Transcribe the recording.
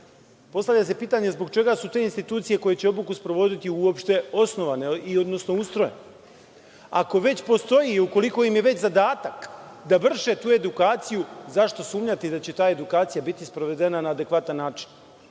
problemu. Postavlja se pitanje zbog čega su te institucije koje će obuku sprovoditi uopšte osnovane, odnosno ustrojene. Ako već postoji, ukoliko im je već zadatak da vrše tu edukaciju zašto sumnjate da će ta edukacija biti sprovedena na adekvatan način.